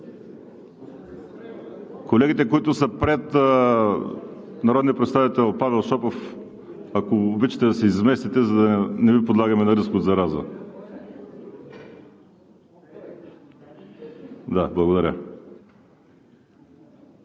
Колегите, които са пред народния представител Павел Шопов, ако обичате да се изместите, за да не Ви подлагаме на риск от зараза. Благодаря.